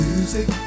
Music